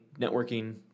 networking